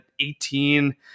18